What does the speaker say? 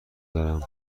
دارم